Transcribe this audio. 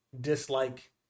dislike